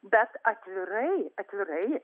bet atvirai atvirai